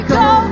go